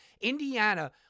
Indiana